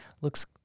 looks